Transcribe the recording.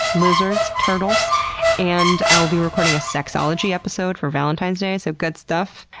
lizards, turtles and i'll be recording a sexology episode for valentine's day. so good stuff.